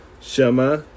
Shema